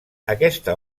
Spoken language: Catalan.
aquesta